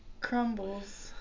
crumbles